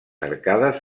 arcades